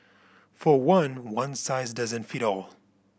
for one one size doesn't fit all